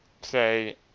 say